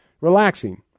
relaxing